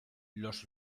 los